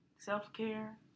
Self-care